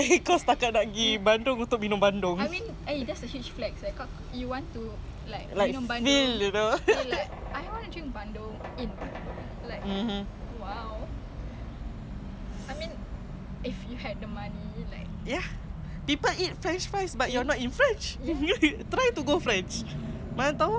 ya people eat french fries but you are not in france you try to go france macam doesn't feel france enough pergi sana sebab bonjour !aduh! logic so stupid